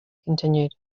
continued